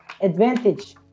advantage